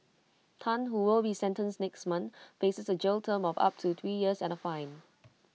Tan who will be sentenced next month faces A jail term of up to three years and A fine